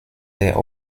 der